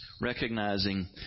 recognizing